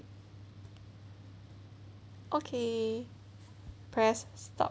okay press stop